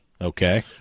Okay